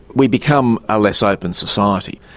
we become a less open society.